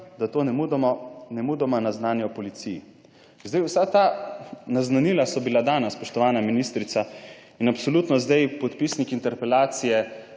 da to nemudoma, naznanijo policiji.« Zdaj, vsa ta naznanila so bila dana, spoštovana ministrica, in absolutno zdaj podpisniki interpelacije